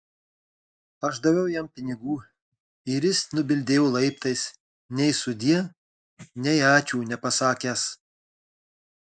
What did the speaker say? aš daviau jam pinigų ir jis nubildėjo laiptais nei sudie nei ačiū nepasakęs